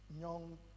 young